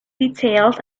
details